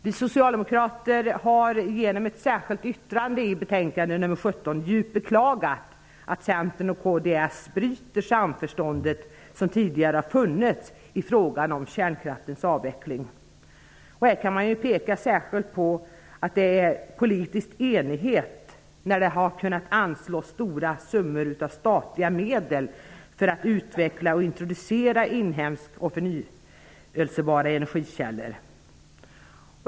Vi socialdemokrater har i ett särskilt yttrande vid betänkande nr 17 djupt beklagat att Centern och kds bryter det samförstånd som tidigare har funnits i frågan om kärnkraftens avveckling. Här kan man peka särskilt på att det rått politisk enighet när det har anslagits stora summor av statliga medel för att utveckla och introducera inhemska och förnyelsebara energikällor.